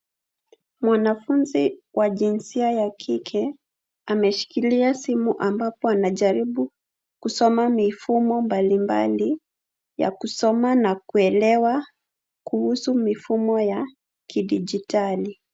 Mwanamke wa jinsia ya kike ameshikilia simu, ambapo anajaribu kusoma mifumo mbalimbali ya kusoma na kuelewa kuhusu mifumo ya kidijitali.